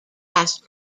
asked